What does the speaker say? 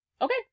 Okay